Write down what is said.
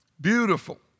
beautiful